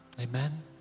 Amen